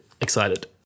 Excited